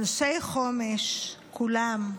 אנשי חומש כולם,